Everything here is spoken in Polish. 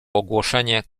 ogłoszenie